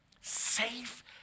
Safe